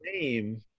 name